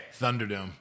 Thunderdome